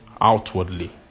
outwardly